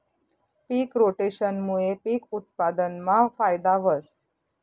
पिक रोटेशनमूये पिक उत्पादनमा फायदा व्हस